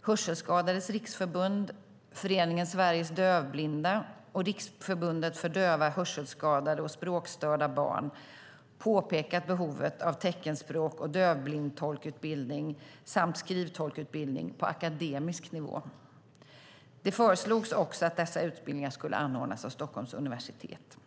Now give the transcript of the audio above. Hörselskadades Riksförbund, Föreningen Sveriges Dövblinda och Riksförbundet för döva, hörselskadade och språkstörda barn - påpekat behovet av teckenspråks och dövblindtolksutbildning samt skrivtolksutbildning på akademisk nivå. Det föreslogs också att dessa utbildningar skulle anordnas av Stockholms universitet.